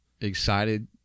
Excited